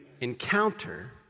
encounter